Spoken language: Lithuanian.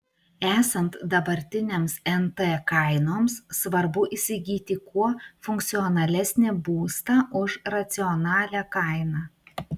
esant dabartinėms nt kainoms svarbu įsigyti kuo funkcionalesnį būstą už racionalią kainą